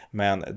men